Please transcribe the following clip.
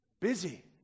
busy